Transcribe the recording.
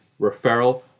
referral